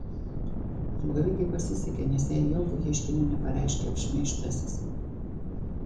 apgavikei pasisekė nes jai jokio ieškinio nepareiškė apšmeižtasis